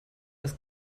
als